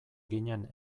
ginen